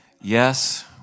yes